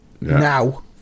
now